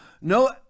no